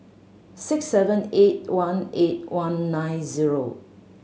six seven eight one eight one nine zero